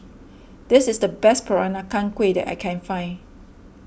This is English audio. this is the best Peranakan Kueh that I can find